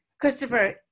Christopher